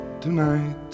tonight